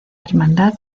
hermandad